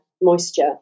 moisture